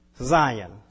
Zion